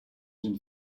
une